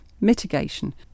mitigation